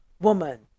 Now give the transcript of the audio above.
woman